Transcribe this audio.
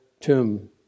tomb